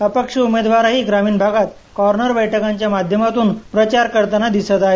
अपक्ष उमेदवारही ग्रामिण भागात कॉर्नर बैठकांच्या माधमातून प्रचार करताना दिसत आहेत